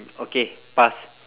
okay pass